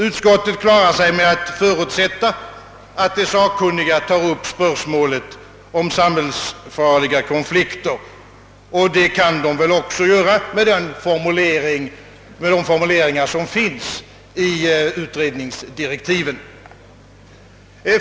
Utskottet klarar sig med att förutsätta, att de sakkunniga tar upp spörsmålet om samhällsfarliga konflikter, och det kan de väl också göra med de formuleringar som finns i utredningsdirektiven.